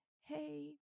hey